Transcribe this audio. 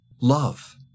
love